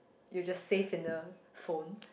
you just save in the phone